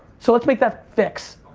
so let's make that fix,